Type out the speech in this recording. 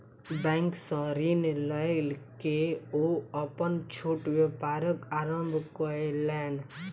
bank सॅ ऋण लय के ओ अपन छोट व्यापारक आरम्भ कयलैन